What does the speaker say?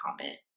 comment